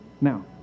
Now